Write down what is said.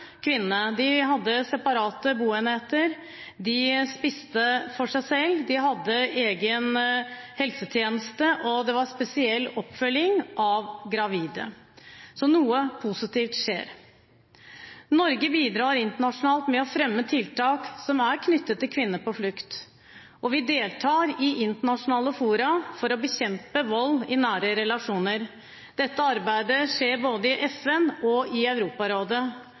kvinner. Det som gledet meg, var at man nettopp hadde jobbet med å beskytte kvinnene. De hadde separate boenheter, de spiste for seg selv, de hadde egen helsetjeneste, og det var spesiell oppfølging av gravide. Så noe positivt skjer. Norge bidrar internasjonalt med å fremme tiltak som er knyttet til kvinner på flukt, og vi deltar i internasjonale fora for å bekjempe vold i nære relasjoner. Dette arbeidet skjer både i